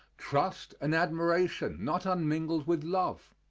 trust and admiration, not unmingled with love.